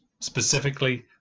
Specifically